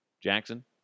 Jackson